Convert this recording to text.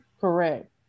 correct